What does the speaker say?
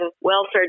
welfare